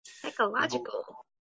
Psychological